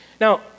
Now